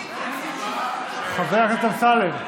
חבר הכנסת אמסלם.